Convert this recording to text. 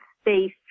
space